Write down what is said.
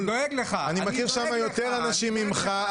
אני מכיר שם יותר אנשים ממך.